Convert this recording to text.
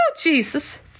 Jesus